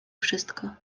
wszystko